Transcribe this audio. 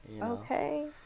Okay